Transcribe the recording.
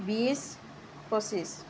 বিছ পঁচিছ